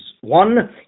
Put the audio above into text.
one